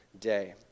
day